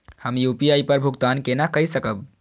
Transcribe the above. हम यू.पी.आई पर भुगतान केना कई सकब?